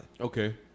Okay